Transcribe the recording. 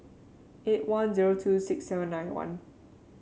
eight one zero two six seven nine one